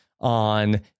on